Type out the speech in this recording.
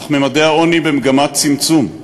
אך ממדי העוני במגמת צמצום.